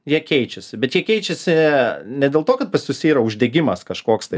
jie keičiasi bet jie keičiasi ne dėl to kad pas jus yra uždegimas kažkoks tai